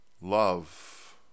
love